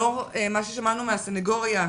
לאור מה ששמענו מהסנגוריה,